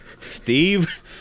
Steve